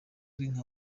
nka